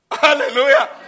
Hallelujah